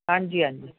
ਹਾਂਜੀ ਹਾਂਜੀ